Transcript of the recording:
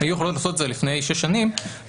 היו יכולות לעשות את זה לפני שש שנים אני